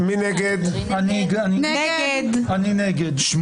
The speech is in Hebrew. אני חוזר על הצבעה